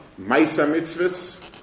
mitzvahs